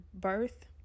birth